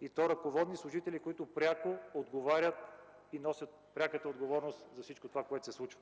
и то ръководни служители, които пряко отговарят и носят пряката отговорност за всичко това, което се случи.